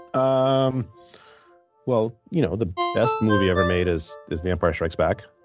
um well, you know, the best movie ever made is is the empire strikes back.